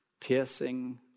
piercing